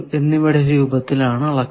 എന്നിവയുടെ രൂപത്തിൽ ആണ് അളക്കുന്നത്